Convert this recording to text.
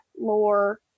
lore